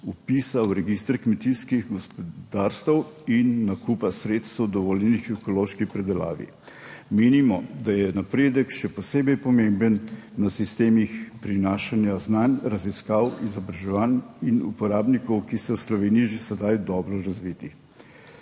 vpisa v register kmetijskih gospodarstev in nakupa sredstev, dovoljenih ekološki pridelavi. Menimo, da je napredek še posebej pomemben na sistemih prinašanja znanj, raziskav, izobraževanj in uporabnikov, ki so v Sloveniji že sedaj dobro razviti.